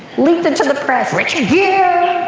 leaked it to the press. richard gere!